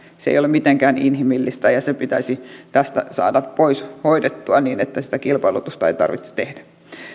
se ei ole mitenkään inhimillistä ja se pitäisi tästä saada pois hoidettua niin että sitä kilpailutusta ei tarvitse tehdä